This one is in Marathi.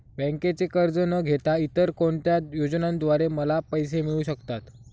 बँकेचे कर्ज न घेता इतर कोणत्या योजनांद्वारे मला पैसे मिळू शकतात?